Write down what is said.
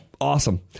awesome